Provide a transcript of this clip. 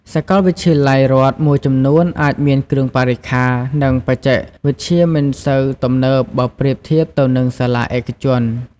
សាកលវិទ្យាល័យរដ្ឋមួយចំនួនអាចមានគ្រឿងបរិក្ខារ និងបច្ចេកវិទ្យាមិនសូវទំនើបបើប្រៀបធៀបទៅនឹងសាលាឯកជន។